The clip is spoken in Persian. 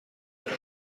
آرزو